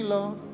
Lord